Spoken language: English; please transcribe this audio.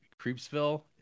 Creepsville